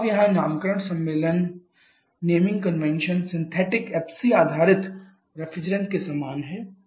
अब यहां नामकरण सम्मेलन सिंथेटिक FC आधारित रेफ्रिजरेट के समान है